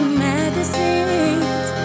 magazines